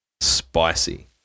spicy